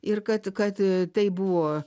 ir kad kad tai buvo